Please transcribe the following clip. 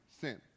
sin